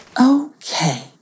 Okay